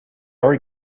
are